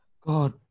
God